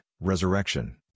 Resurrection